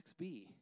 XB